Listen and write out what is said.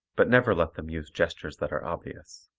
but never let them use gestures that are obvious.